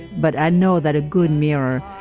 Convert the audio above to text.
but i know that a good mirror.